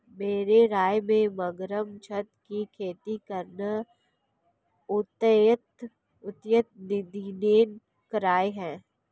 मेरी राय में मगरमच्छ की खेती करना अत्यंत निंदनीय कार्य है